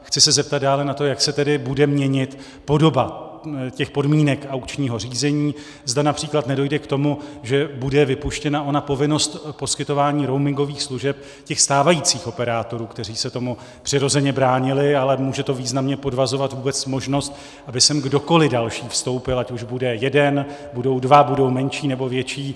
Chci se zeptat dále na to, jak se tedy bude měnit podoba těch podmínek aukčního řízení, zda například nedojde k tomu, že bude vypuštěna ona povinnost poskytování roamingových služeb těch stávajících operátorů, kteří se tomu přirozeně bránili, ale může to významně podvazovat vůbec možnost, aby sem kdokoliv další vstoupil, ať už bude jeden, budou dva, budou menší, nebo větší.